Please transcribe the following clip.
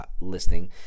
listing